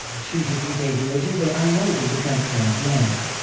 two two three days later they unmolded the transparent lens.